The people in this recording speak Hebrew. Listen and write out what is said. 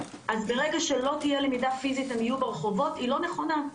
אז ברגע שלא תהיה למידה פיזית הם יהיו ברחובות היא לא נכונה.